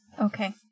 okay